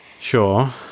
sure